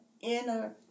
inner